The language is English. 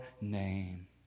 name